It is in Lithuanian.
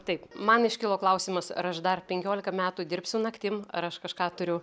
taip man iškilo klausimas ar aš dar penkiolika metų dirbsiu naktim ar aš kažką turiu